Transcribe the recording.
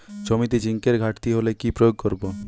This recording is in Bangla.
জমিতে জিঙ্কের ঘাটতি হলে কি প্রয়োগ করব?